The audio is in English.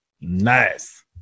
Nice